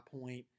point